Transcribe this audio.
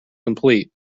complete